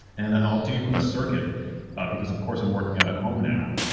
and i'll do a circuit because of course i'm working out at home now,